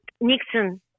Nixon